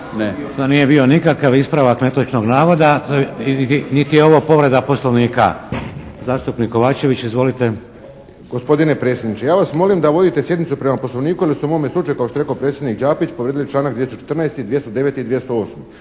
to nije bio nikakav ispravak netočnog navoda niti je ovo povreda Poslovnika. Zastupnik Kovačević izvolite. **Kovačević, Pero (HSP)** Gospodine predsjedniče ja vas molim da vodite sjednicu prema Poslovniku jer ste u mome slučaju kao što je rekao predsjednik Đapić, povrijedili članak 214. i 209. i 208.